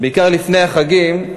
בעיקר לפני החגים,